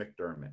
McDermott